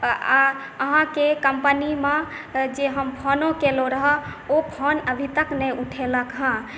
आ अहाँके कम्पनीमे जे हम फोनो केलहुँ रहए ओ फोन अभी तक नहि उठेलक हेँ